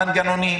המנגנונים,